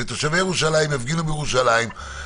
תושבי ירושלים יפגינו בירושלים,